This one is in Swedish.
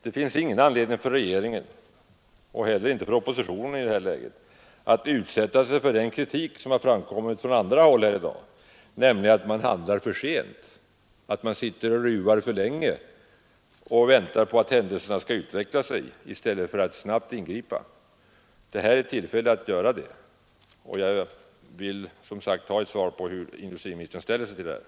Det finns ingen anledning för regeringen — och inte heller för oppositionen — att i det här läget utsätta sig för den kritik som framkommit från andra håll här i dag och som gäller att man handlar för sent, att man sitter och ruvar för länge och väntar på att händelserna skall utveckla sig i stället för att snabbt ingripa. Det här är ett tillfälle att göra det. Jag vill som sagt ha ett besked om hur industriministern ställer sig till förslaget.